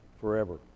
forever